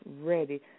ready